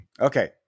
okay